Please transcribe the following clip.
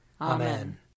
Amen